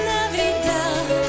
Navidad